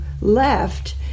left